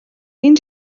энэ